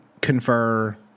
confer